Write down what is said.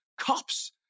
cops